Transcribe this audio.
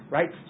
Right